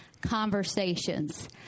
conversations